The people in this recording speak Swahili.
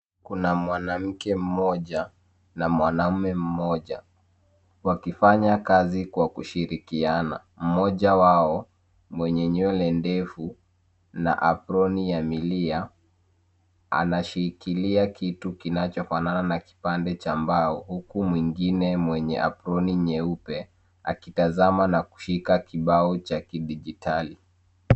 Kuna mwanamke mmoja na mwanaume mmoja wakifanya kazi kwa kushirikiana. Mmoja wao mwenye nywele ndefu na aproni ya milia anashikilia kitu kinachofanana na kipande cha mbao huku mwingine mwenye aproni nyeupe akitazama na kushika kibao cha kidijitali.